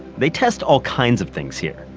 they test all kinds of things here,